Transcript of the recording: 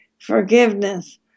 Forgiveness